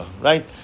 Right